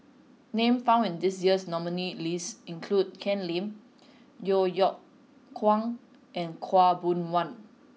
names found in the nominees' list this year include Ken Lim Yeo Yeow Kwang and Khaw Boon Wan